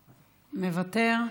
מוותר.